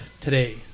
today